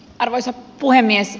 arvoisa puhemies